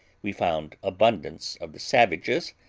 we found abundance of the savages,